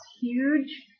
huge